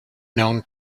known